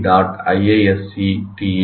iisctagmail